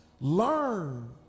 Learn